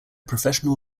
professional